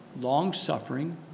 long-suffering